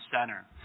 center